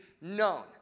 known